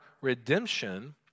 redemption